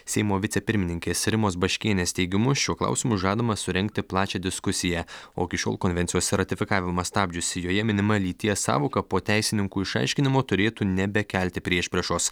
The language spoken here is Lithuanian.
seimo vicepirmininkės rimos baškienės teigimu šiuo klausimu žadama surengti plačią diskusiją o iki šiol konvencijos ratifikavimą stabdžiusi joje minima lyties sąvoka po teisininkų išaiškinimo turėtų nebekelti priešpriešos